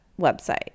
website